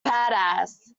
badass